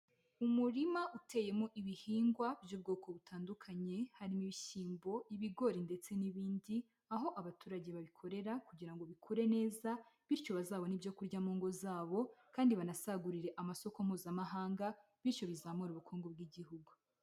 Umurima uteyemo ibihingwa by'ubwoko butandukanye harimo ibishyimbo, ibigori ndetse n'ibindi, aho abaturage babikorera kugira ngo bikure neza bityo bazabona ibyo kurya mu ngo zabo kandi banasagurire amasoko mpuzamahanga bityo bizamura ubukungu bw'Igihugu.